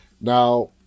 now